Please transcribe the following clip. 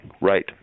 Right